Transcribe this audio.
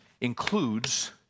includes